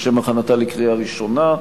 לשם הכנתה לקריאה ראשונה,